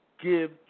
give